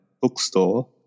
bookstore